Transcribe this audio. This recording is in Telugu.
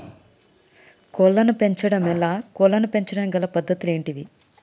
కోళ్లను పెంచడం ఎలా, కోళ్లను పెంచడానికి గల పద్ధతులు ఏంటివి?